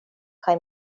kaj